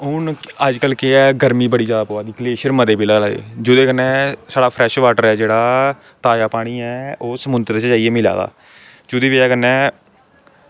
हून अज्जकल केह् ऐ गर्मी जादै पवा दी ग्लेशियर मते पिघला दे जेह्दे कन्नै फ्रैश वॉटर ऐ जेह्ड़ा ताज़ा पानी ऐ ओह् समुंद्र च जाइयै मिला दा जेह्दी बजह कन्नै